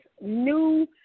new